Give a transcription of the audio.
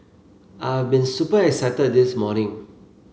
I've been super excited this morning